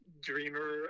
Dreamer